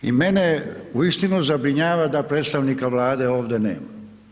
I mene uistinu zabrinjava da predstavnika Vlade ovdje nema.